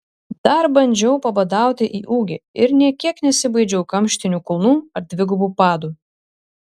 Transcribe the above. dar bandžiau pabadauti į ūgį ir nė kiek nesibaidžiau kamštinių kulnų ar dvigubų padų